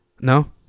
No